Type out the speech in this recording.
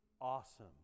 awesome